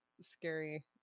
scary